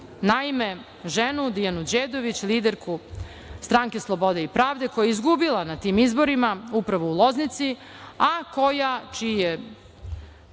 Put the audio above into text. ženu Dijanu Đedović, liderku Stranke slobode i pravde, koja je izgubila na tim izborima upravo u Loznici, a na tom